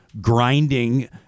grinding